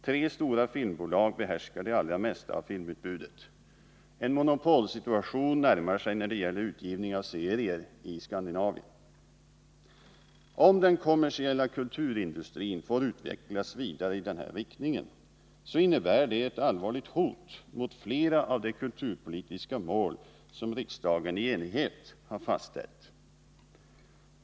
Tre stora filmbolag behärskar det allra mesta av filmutbudet. En monopolsituation närmar sig när det gäller utgivning av serier i Skandinavien. Om den kommersiella kulturindustrin får utvecklas vidare i denna riktning så innebär detta ett allvarligt hot mot flera av de kulturpolitiska mål som riksdagen i enighet har fastställt.